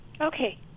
Okay